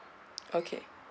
okay